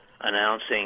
announcing